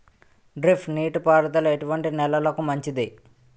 Drip నీటి పారుదల ఎటువంటి నెలలకు మంచిది?